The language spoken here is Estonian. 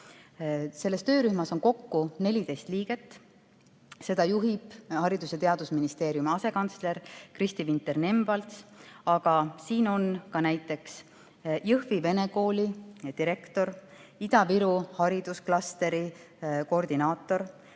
Selles töörühmas on kokku 14 liiget. Seda juhib Haridus‑ ja Teadusministeeriumi asekantsler Kristi Vinter-Nemvalts. Aga siin on ka näiteks Jõhvi vene kooli direktor, Ida-Viru haridusklastri koordinaator,